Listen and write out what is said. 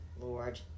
Lord